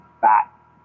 fat